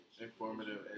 informative